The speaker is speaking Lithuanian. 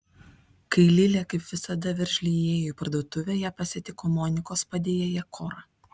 kai lilė kaip visada veržliai įėjo į parduotuvę ją pasitiko monikos padėjėja kora